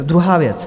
Druhá věc.